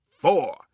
four